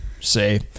say